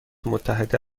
متحده